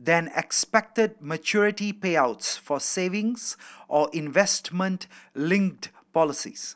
than expected maturity payouts for savings or investment linked policies